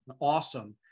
awesome